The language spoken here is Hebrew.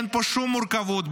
אין פה שום מורכבות,